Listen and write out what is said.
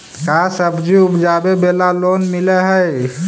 का सब्जी उपजाबेला लोन मिलै हई?